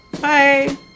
bye